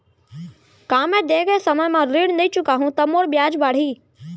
का मैं दे गए समय म ऋण नई चुकाहूँ त मोर ब्याज बाड़ही?